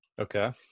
Okay